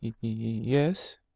Yes